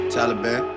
Taliban